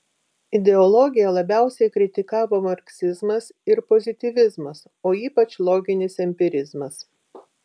ideologiją labiausiai kritikavo marksizmas ir pozityvizmas o ypač loginis empirizmas